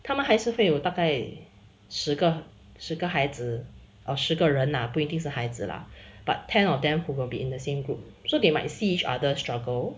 他们还是会有大概十个十个孩子 or 十个人啦不一定是孩子 lah but ten of them who will be in the same group so they might see each other struggle